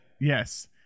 yes